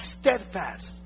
steadfast